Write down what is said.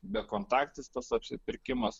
bekontaktis tas apsipirkimas